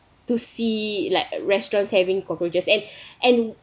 to see like restaurants having cockroaches and and